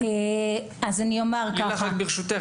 לילך ברשותך,